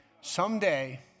Someday